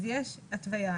יש התוויה,